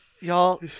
Y'all